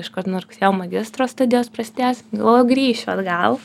iškart nuo rugsėjo magistro studijos prasidės galvojau grįšiu atgal